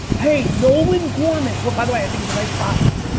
hey nolan gorman, who, by the way, i think is a nice prospect.